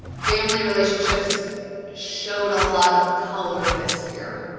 family relationships showed a lot of color this year.